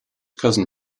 cousin